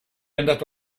andato